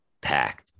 packed